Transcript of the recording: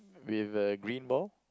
with a green ball